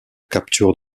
capture